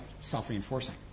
self-reinforcing